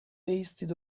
بایستید